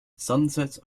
sunsets